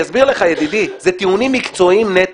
זה טיעונים מקצועיים נטו.